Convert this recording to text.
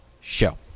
show